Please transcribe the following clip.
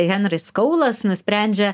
henris kaulas nusprendžia